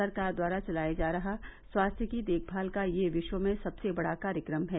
सरकार द्वारा चलाया जा रहा स्वास्थ्य की देखमाल का यह विश्व में सबसे बड़ा कार्यक्रम है